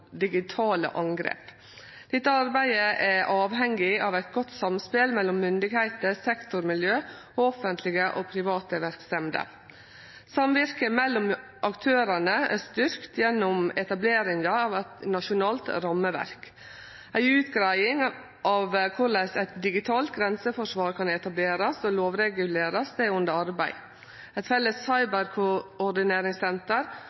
digitale angrep. Dette arbeidet er avhengig av eit godt samspel mellom myndigheiter, sektormiljø og offentlege og private verksemder. Samvirket mellom aktørane er styrkt gjennom etableringa av eit nasjonalt rammeverk. Ei utgreiing av korleis eit digitalt grenseforsvar kan etablerast og lovregulerast er under arbeid. Eit felles